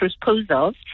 proposals